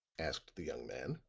asked the young man,